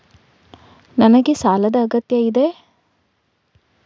ನನಗೆ ಸಾಲದ ಅಗತ್ಯ ಇದೆ?